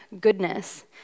goodness